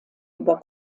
über